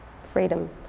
freedom